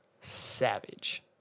Savage